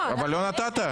אבל לא נתת.